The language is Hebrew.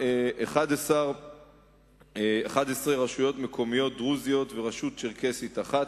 11 רשויות מקומיות דרוזיות ורשות צ'רקסית אחת,